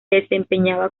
desempeñaba